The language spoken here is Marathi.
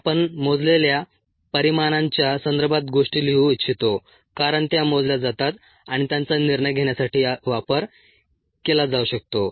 आपण मोजलेल्या परिमाणांच्या संदर्भात गोष्टी लिहू इच्छितो कारण त्या मोजल्या जातात आणि त्यांचा निर्णय घेण्यासाठी वापर केला जाऊ शकतो